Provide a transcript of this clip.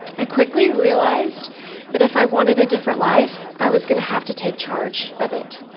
i quickly realized that if i wanted a different life, i was going to have to take charge of it.